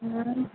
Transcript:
ꯎꯝ